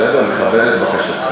בסדר, אני מכבד את בקשתך.